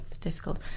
difficult